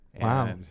Wow